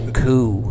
coup